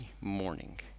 morning